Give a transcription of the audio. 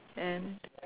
and